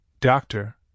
Doctor